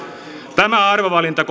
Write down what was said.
tämä arvovalinta